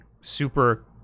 Super